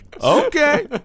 Okay